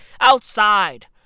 outside